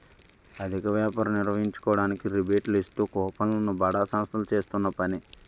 అధిక వ్యాపారం నిర్వహించుకోవడానికి రిబేట్లు ఇస్తూ కూపన్లు ను బడా సంస్థలు చేస్తున్న పని